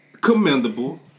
commendable